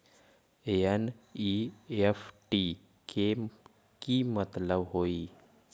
NEFT के कि मतलब होइ?